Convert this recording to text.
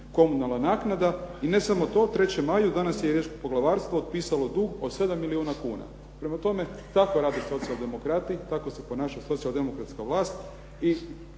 komunalna naknada. I ne samo to, u "3. maju" danas je riječko poglavarstvo otpisalo dug od 7 milijuna kuna. Prema tome, tako rade Socijal-demokrati, tako se ponaša Socijal-demokratska vlast